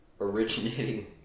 originating